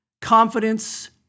Confidence